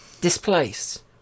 Displaced